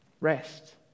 rest